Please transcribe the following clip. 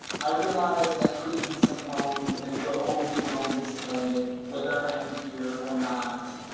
i realize that cretins have roamed and will always roam this planet, whether i am here or not.